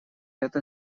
это